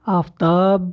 آفتاب